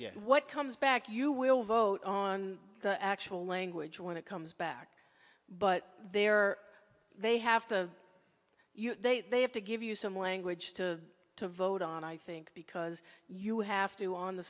exactly what comes back you will vote on the actual language when it comes back but there they have to you they they have to give you some language to to vote on i think because you have to on the